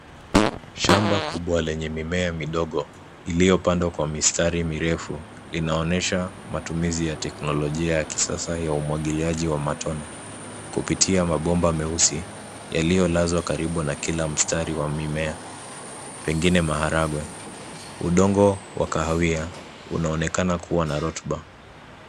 Shamba kubwa lenye mimea midogo iliyopandwa kwa mistari mirefu. Inaonyesha matumizi ya teknolojia ya kisasa ya umwangiliaji wa matone kupitia mabomba meusi yaliyolazwa karibu na kila mstari wa mimea, pengine maharangwe. Udongo wa kahawia unaonekana kuwa na rotuba.